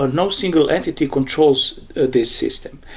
ah no single entity controls this system,